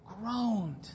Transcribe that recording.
groaned